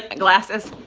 and glasses?